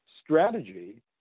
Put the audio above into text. strategy